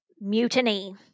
mutiny